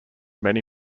many